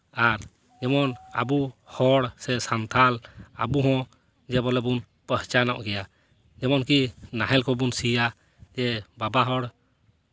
ᱟᱨ ᱡᱮᱢᱚᱱ ᱟᱵᱚ ᱦᱚᱲ ᱥᱮ ᱥᱟᱱᱛᱟᱲ ᱟᱵᱚ ᱦᱚᱸ ᱡᱮ ᱵᱚᱞᱮ ᱵᱚᱱ ᱯᱟᱥᱪᱟᱱᱚᱜ ᱜᱮᱭᱟ ᱮᱢᱚᱱ ᱠᱤ ᱱᱟᱦᱮᱞ ᱠᱚᱵᱚᱱ ᱥᱤᱭᱟ ᱵᱟᱵᱟ ᱦᱚᱲ